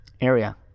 area